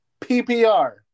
PPR